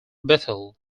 bethel